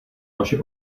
vaše